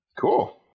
cool